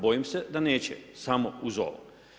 Bojim se da neće, samo uz ovo.